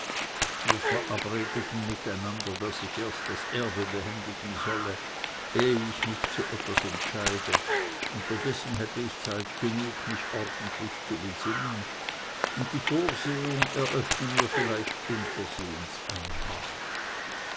wir verabredeten mit einander daß ich erst das erbe behändigen solle ehe ich mich zu etwas entscheide unterdessen hätte ich zeit genug mich ordentlich zu besinnen und die vorsehung eröffne mir vielleicht unversehens eine bahn